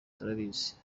turabizi